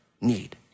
need